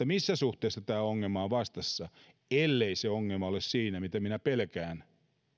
missä suhteessa tämä ongelma on vastassa ellei se ongelma ole siinä mitä minä pelkään